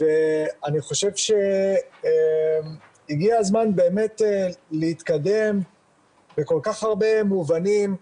חושב שהגיע הזמן להתקדם בכל כך הרבה מובנים.